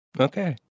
Okay